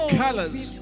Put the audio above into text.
colors